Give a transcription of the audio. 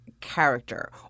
character